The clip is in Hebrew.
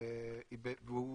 והוא